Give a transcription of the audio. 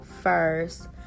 first